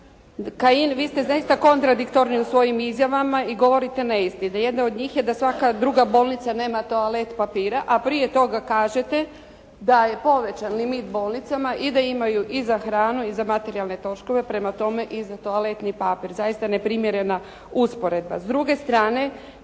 Kajin, vi ste zaista kontradiktorni u svojim izjavama i govorite neistine. Jedna od njih je da svaka druga bolnica nema toalet papira, a prije toga kažete da je povećan limit bolnicama i da imaju i za hranu i za materijalne troškove. Prema tome, i za toaletni papir. Zaista neprimjerena usporedba.